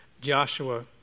Joshua